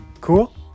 Cool